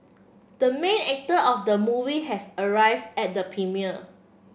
the main actor of the movie has arrive at the premiere